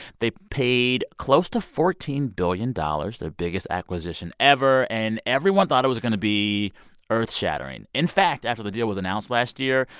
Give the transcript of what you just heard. they paid close to fourteen billion dollars, their biggest acquisition ever. and everyone thought it was going to be earth-shattering. in fact, after the deal was announced last year,